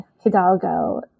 Hidalgo